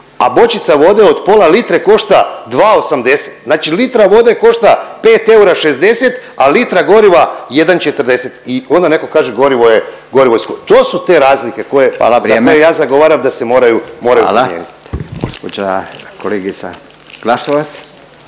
a bočica vode od pola litre košta 2,80. Znači litra vode košta 5,60, a litra goriva 1,40 i onda neko kaže gorivo je skupo. To su te razlike koje …/Upadica Radin: Vrijeme, hvala./…